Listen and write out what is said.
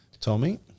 Tommy